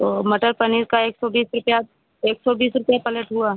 तो मटर पनीर का एक सौ बीस रुपया एक सौ बीस रुपया पलेट हुआ